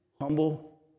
humble